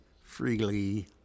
freely